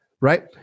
right